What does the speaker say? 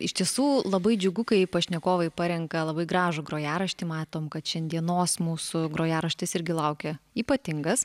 iš tiesų labai džiugu kai pašnekovai parenka labai gražų grojaraštį matom kad šiandienos mūsų grojaraštis irgi laukia ypatingas